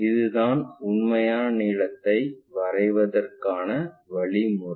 இதுதான் உண்மையான நீளத்தை வரைவதற்கான வழிமுறை